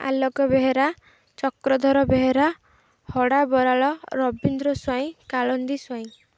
Alok Behera Chakradhar Behera Hada Baral Rabindra Swain Kalandi Swain